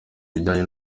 bijyanye